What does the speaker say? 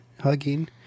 hugging